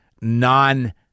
non